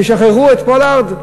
תשחררו את פולארד?